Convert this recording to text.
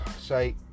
say